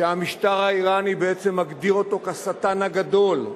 שהמשטר האירני בעצם מגדיר אותו כשטן הגדול,